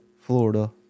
Florida